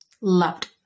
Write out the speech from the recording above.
Loved